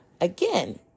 Again